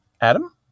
Adam